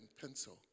pencil